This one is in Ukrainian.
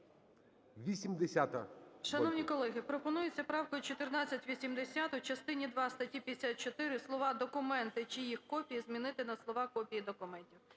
Шановні колеги, пропонується правкою 1480 у частині два статті 54 слова "документи чи їх копії" змінити на слова "копії документів".